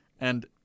and-